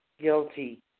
guilty